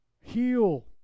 heal